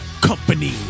company